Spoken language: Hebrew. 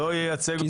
אז החוק מיותר, קיים.